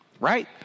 right